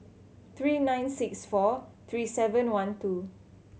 three nine six four three seven one two